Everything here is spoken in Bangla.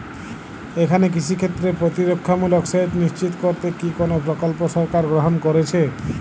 এখানে কৃষিক্ষেত্রে প্রতিরক্ষামূলক সেচ নিশ্চিত করতে কি কোনো প্রকল্প সরকার গ্রহন করেছে?